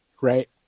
Right